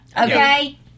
Okay